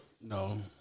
No